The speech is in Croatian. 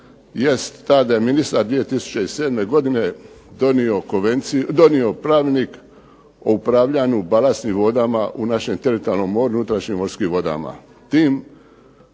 jest ta da je ministar 2007. godine donio Pravilnik o upravljanju balastnim vodama u našem teritorijalnom moru u unutrašnjim morskim vodama.